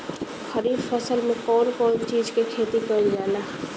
खरीफ फसल मे कउन कउन चीज के खेती कईल जाला?